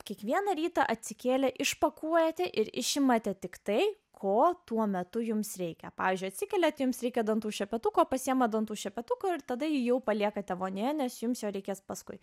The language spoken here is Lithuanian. kiekvieną rytą atsikėlę išpakuojate ir išimate tiktai ko tuo metu jums reikia pavyzdžiui atsikeliate jums reikia dantų šepetuko pasiima dantų šepetuką ir tada ji jau paliekate vonia nes jums reikės paskui